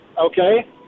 okay